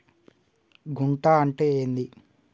గుంట అంటే ఏంది?